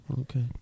Okay